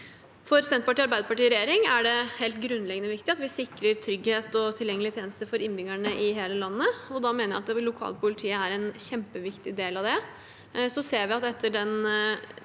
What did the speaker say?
For Senterpartiet og Arbeiderpartiet i regjering er det helt grunnleggende viktig at vi sikrer trygghet og tilgjengelige tjenester for innbyggerne i hele landet, og jeg mener at det lokale politiet er en kjempeviktig del av det.